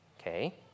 Okay